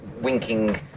winking